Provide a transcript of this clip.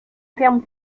termes